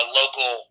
local